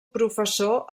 professor